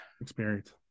experience